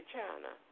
China